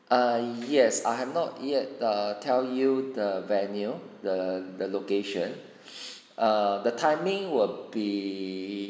err yes I have not yet err tell you the venue the the location err the timing were be